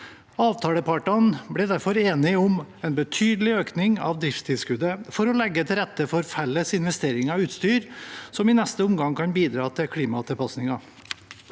Avtalepartene ble derfor enige om en betydelig økning av driftstilskuddet for å legge til rette for felles investeringer i utstyr som i neste omgang kan bidra til klimatilpasning.